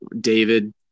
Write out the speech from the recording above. David